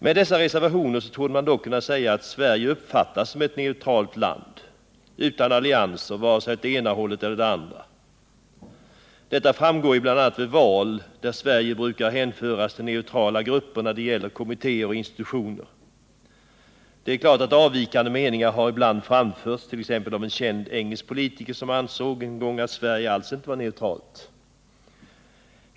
Med dessa reservationer torde man dock kunna säga att Sverige uppfattas som ett neutralt land utan allianser med vare sig det ena eller det andra blocket. Det framgår bl.a. vid val av ledamöter i internationella kommittéer och institutioner, där Sverige brukar hänföras till den neutrala gruppen. Avvikande meningar har dock ibland framförts, t.ex. av en känd engelsk politiker, som ansåg att Sverige alls inte var neutralt.